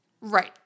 Right